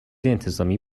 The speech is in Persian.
انتظامی